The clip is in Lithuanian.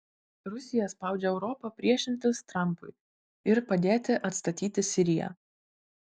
rusija spaudžia europą priešintis trampui ir padėti atstatyti siriją